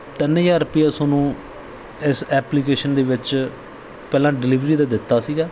ਤਿੰਨ ਹਜ਼ਾਰ ਰੁਪਈਆ ਤੁਹਾਨੂੰ ਇਸ ਐਪਲੀਕੇਸ਼ਨ ਦੇ ਵਿੱਚ ਪਹਿਲਾਂ ਡਲੀਵਰੀ ਦਾ ਦਿੱਤਾ ਸੀਗਾ